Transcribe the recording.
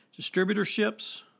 distributorships